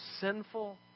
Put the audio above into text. sinful